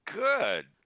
Good